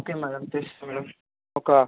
okay madam తెస్తా madam ఒక